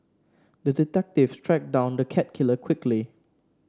the detective tracked down the cat killer quickly